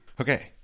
okay